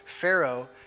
Pharaoh